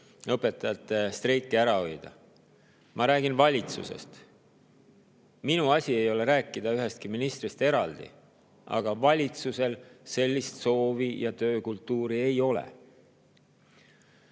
õpetajate streiki ära hoida. Ma räägin valitsusest. Minu asi ei ole rääkida ühestki ministrist eraldi, aga valitsusel sellist soovi ja töökultuuri ei ole.